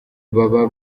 baba